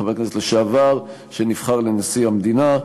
חבר הכנסת לשעבר שנבחר לנשיא המדינה,